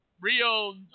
Rio